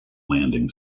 landing